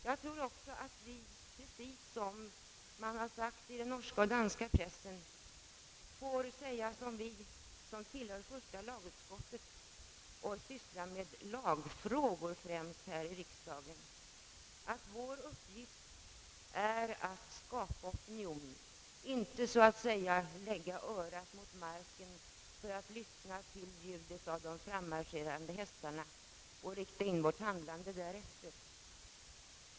Jag tror också att vi, precis som man har sagt i den norska och den danska pressen, får säga på samma sätt som vi, som tillhör första lagutskottet och sysslar med lagfrågor här i riksdagen, att vår uppgift är att skapa opinion, inte så att säga lägga örat mot marken för att lyssna till ljudet av de frammarscherande hästarna och rikta in vårt handlande därefter.